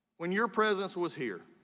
when your presence was here